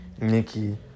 Nikki